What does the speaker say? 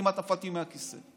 כמעט נפלתי מהכיסא,